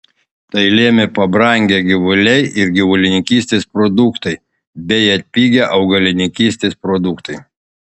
tai lėmė pabrangę gyvuliai ir gyvulininkystės produktai bei atpigę augalininkystės produktai